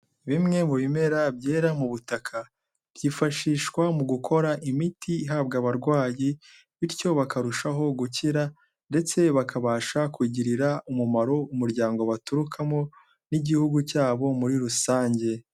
Bimwe mu bimera byera mu butaka, byifashishwa mu gukora imiti ihabwa abarwayi, bityo bakarushaho gukira, ndetse bakabasha kugirira umumaro umuryango baturukamo n'igihugu cyabo muri rusange.